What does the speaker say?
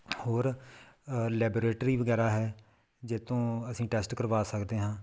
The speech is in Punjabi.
ਹੋਰ ਲੈਬਰੇਟਰੀ ਵਗੈਰਾ ਹੈ ਜਿੱਥੋਂ ਅਸੀਂ ਟੈਸਟ ਕਰਵਾ ਸਕਦੇ ਹਾਂ